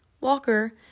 Walker